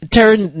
turn